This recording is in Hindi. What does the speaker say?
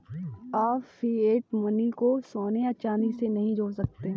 आप फिएट मनी को सोने या चांदी से नहीं जोड़ सकते